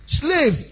slave